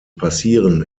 passieren